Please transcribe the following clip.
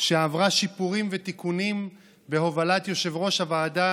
שעברה שיפורים ותיקונים בהובלת יושב-ראש הוועדה